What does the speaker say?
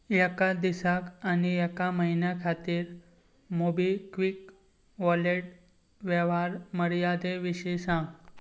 एका दिसाक आनी एका म्हयन्या खातीर मोबिक्विक वॉलेट वेव्हार मर्यादे विशीं सांग